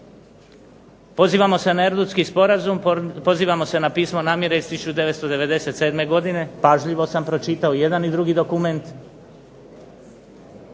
Pozivamo se na Erdutski sporazum, pozivamo se na Pismo namjere iz 1997. godine. Pažljivo sam pročitao i jedan i drugi dokument.